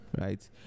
right